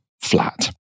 flat